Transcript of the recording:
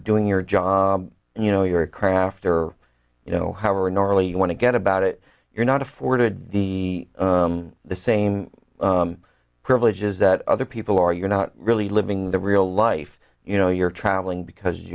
doing your job and you know your craft or you know how are normally you want to get about it you're not afforded the the same privileges that other people are you're not really living the real life you know you're traveling because